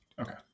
Okay